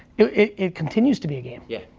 yeah it it continues to be a game. yeah,